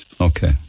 Okay